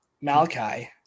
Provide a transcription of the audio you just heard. Malachi